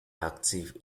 active